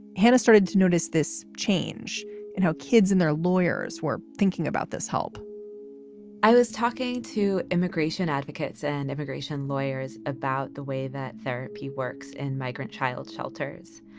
hannah started to notice this change in how kids and their lawyers were thinking about this help i was talking to immigration advocates and immigration lawyers about the way that therapy works and migrant child shelters,